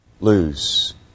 lose